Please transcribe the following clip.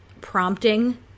prompting